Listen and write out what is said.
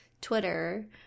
Twitter